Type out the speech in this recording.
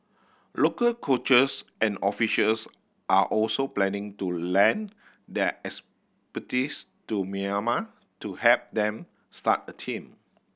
local coaches and officials are also planning to lend their expertise to Myanmar to help them start a team